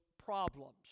problems